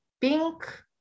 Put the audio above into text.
pink